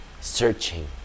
searching